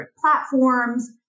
platforms